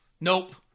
Nope